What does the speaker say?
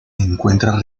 encuentra